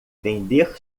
vender